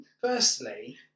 firstly